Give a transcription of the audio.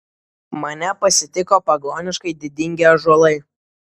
mane pasitiko pagoniškai didingi ąžuolai